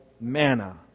manna